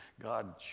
God